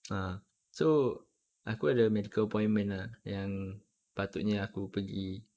ah so aku ada medical appointment lah yang patutnya aku pergi